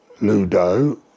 Ludo